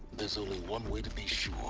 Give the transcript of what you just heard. there's only one way to be sure